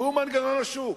והוא מנגנון השוק,